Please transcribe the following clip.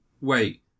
Wait